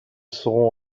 seront